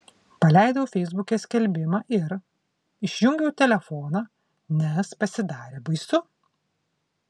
paleidau feisbuke skelbimą ir išjungiau telefoną nes pasidarė baisu